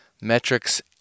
metrics